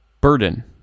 Burden